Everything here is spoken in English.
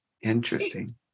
Interesting